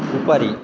उपरि